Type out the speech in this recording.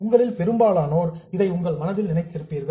உங்களில் பெரும்பாலோர் இதை உங்கள் மனதில் நினைத்திருப்பீர்கள்